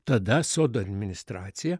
tada sodo administracija